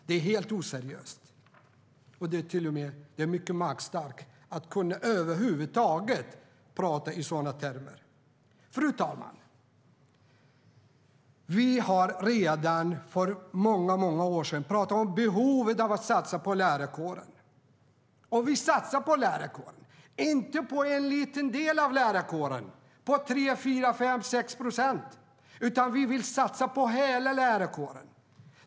Det är helt oseriöst, och det är mycket magstarkt att över huvud taget prata i sådana termer. Fru talman! Vi har redan för många år sedan pratat om behovet av att satsa på lärarkåren, och vi satsar på lärarkåren, inte på en liten del av lärarkåren på 3, 4, 5 eller 6 procent, utan vi vill satsa på hela lärarkåren.